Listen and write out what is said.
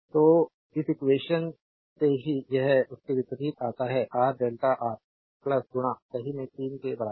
तो इस इक्वेशन से ही यह उसके विपरीत आता है आर डेल्टा आर गुणा सही में 3 के बराबर